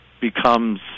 becomes